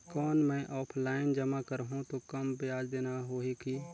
कौन मैं ऑफलाइन जमा करहूं तो कम ब्याज देना होही की?